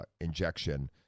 injection